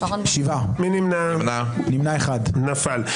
הצבעה לא אושרה נפל.